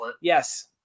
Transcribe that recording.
Yes